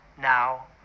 now